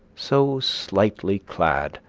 so slightly clad,